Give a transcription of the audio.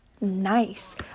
nice